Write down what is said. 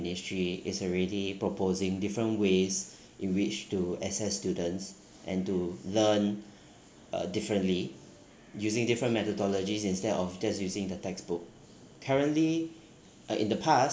ministry is already proposing different ways in which to assess students and to learn uh differently using different methodologies instead of just using the textbook currently uh in the past